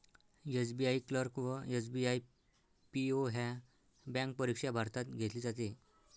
SBI clerk व SBI PO ह्या bank परीक्षा भारतात घेतली जाते